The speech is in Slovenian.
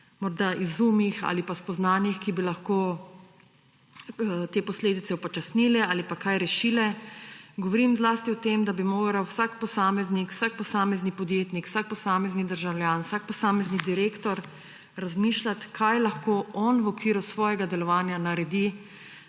možnih izumih ali pa spoznanjih, ki bi lahko te posledice upočasnili ali kaj rešili, govorim zlasti o tem, da bi moral vsak posameznik, vsak posamezni podjetnik, vsak posamezni državljan, vsak posamezni direktor razmišljati, kaj lahko on v okviru svojega delovanja naredi